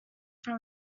from